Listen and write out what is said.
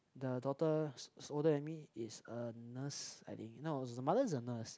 the daughter is older than me is a nurse I think no is her mother is a nurse